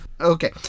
Okay